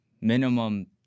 minimum